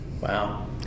Wow